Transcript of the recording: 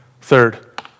Third